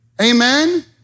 Amen